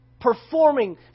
performing